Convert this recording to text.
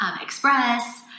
Express